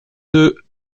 deux